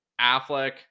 affleck